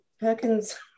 Perkins